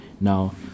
Now